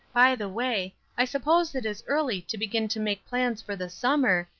by the way, i suppose it is early to begin to make plans for the summer,